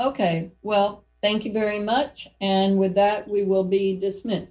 ok well thank you very much and with that we will be dismissed